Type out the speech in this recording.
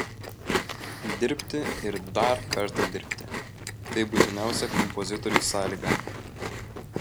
dirbti ir dar kartą dirbti tai būtiniausia kompozitoriui sąlyga